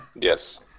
Yes